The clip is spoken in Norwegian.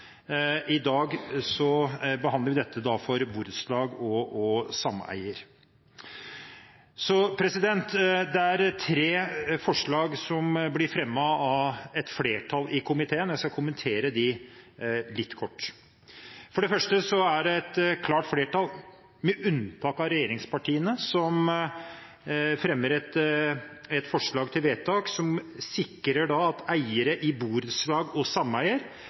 I dag behandler vi dette for borettslag og sameier. Flertallet i komiteen fremmer tre forslag, og jeg skal kommentere dem litt kort. For det første er det et klart flertall, med unntak av regjeringspartiene, som fremmer et forslag til vedtak som sikrer eiere i borettslag og sameier